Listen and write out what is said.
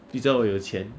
比较有钱